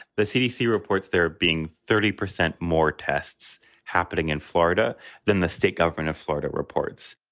the cdc reports there being thirty percent more tests happening in florida than the state government of florida reports